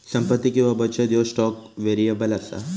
संपत्ती किंवा बचत ह्यो स्टॉक व्हेरिएबल असा